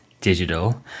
digital